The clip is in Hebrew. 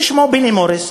שמו בני מוריס,